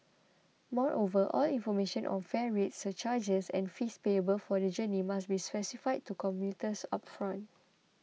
moreover all information on fare rates surcharges and fees payable for the journey must be specified to commuters upfront